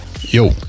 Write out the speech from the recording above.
Yo